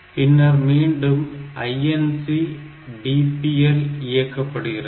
பின்னர் மீண்டும் INC DPL இயக்கப்படுகிறது